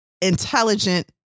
intelligent